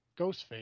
Ghostface